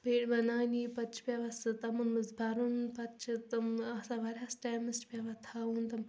پیٹہِ بناونہِ پتہٕ چھِ پیٚوان سُہ تِمن منٛز برُن پتہٕ چھِ تِم آسان واریاہس ٹایمس چھِ پیٚوان تھاوُن تِم